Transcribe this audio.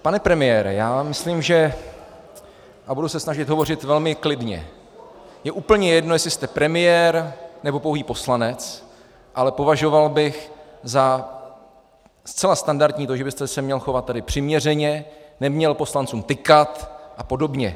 Pane premiére, myslím, že a budu se snažit hovořit velmi klidně je úplně jedno, jestli jste premiér, nebo pouhý poslanec, ale považoval bych za zcela standardní to, že byste se měl tady chovat přiměřeně, neměl poslancům tykat a podobně.